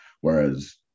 Whereas